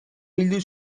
bildu